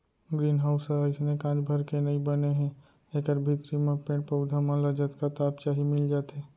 green house ह अइसने कांच भर के नइ बने हे एकर भीतरी म पेड़ पउधा मन ल जतका ताप चाही मिल जाथे